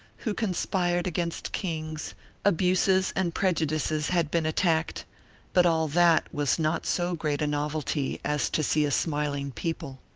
who conspired against kings abuses and prejudices had been attacked but all that was not so great a novelty as to see a smiling people.